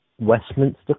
Westminster